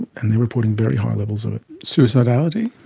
and they are reporting very high levels of it. suicidality?